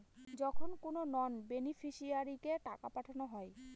যখন কোনো নন বেনিফিশিয়ারিকে টাকা পাঠানো হয়